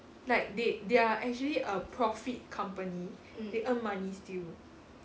like they they are actually a profit company they earn money still